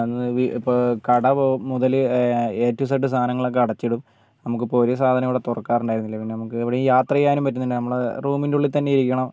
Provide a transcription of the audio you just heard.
ഇപ്പോൾ കട മൊ മുതൽ എ ടു സെഡ് സാധനങ്ങളൊക്കെ അടച്ചിടും നമുക്കിപ്പോൾ ഒരു സാധനവും ഇവിടെ തുറക്കാറുണ്ടായിരുന്നില്ല പിന്നെ നമുക്കെവിടേയും യാത്ര ചെയ്യാനും പറ്റുന്നില്ല നമ്മൾ റൂമിൻ്റെ ഉള്ളിൽ തന്നെ ഇരിക്കണം